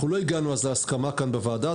לא הגענו להסכמה בוועדה.